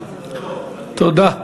לא,